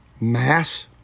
mass